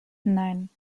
nein